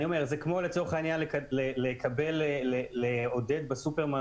אני אומר שזה כמו לצורך העניין לעודד בסופרמרקט